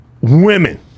women